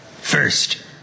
First